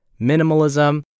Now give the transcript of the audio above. minimalism